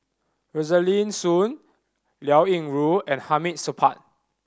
Rosaline Soon Liao Yingru and Hamid Supaat